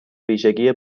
ویژگی